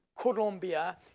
Colombia